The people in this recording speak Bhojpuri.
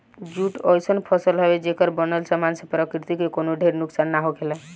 जूट अइसन फसल हवे, जेकर बनल सामान से प्रकृति के कवनो ढेर नुकसान ना होखेला